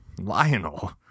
Lionel